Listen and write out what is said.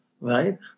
Right